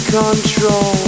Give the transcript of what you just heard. control